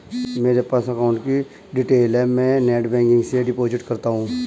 मेरे पास अकाउंट की डिटेल है मैं नेटबैंकिंग से डिपॉजिट करता हूं